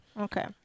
Okay